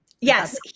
yes